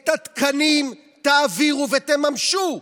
את התקנים תעבירו ותממשו.